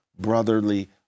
brotherly